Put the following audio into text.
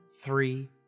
three